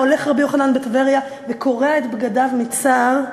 היה הולך רבי יוחנן בטבריה וקורע את בגדיו מצער ואומר: